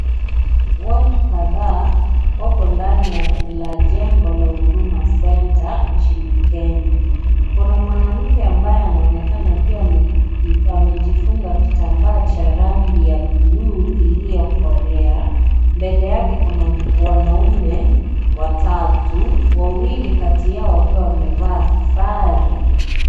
Watu kadhaa wapo ndani ya jengo la huduma center nchini Kenya , kuna mwanamke ambaye anaonekana akiwa amejifunga kitambaa cha rangi ya bluu iliyokolea mbele yake kuna wanaume watatu, wawili kati yao wakiwa wamevaa sare.